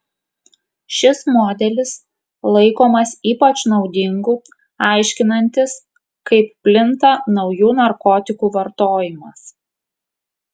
šis modelis laikomas ypač naudingu aiškinantis kaip plinta naujų narkotikų vartojimas